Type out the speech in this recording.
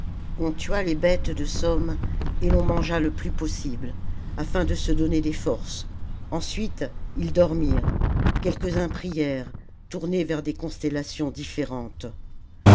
on tua les bêtes de somme et l'on mangea le plus possible afin de se donner des forces ensuite ils dormirent quelques-uns prièrent tournés vers des constellations différentes